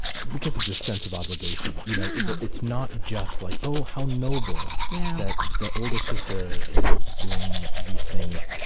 because of the sense of obligation. you know it's not just like, oh, how noble yeah that the older sister is doing these things.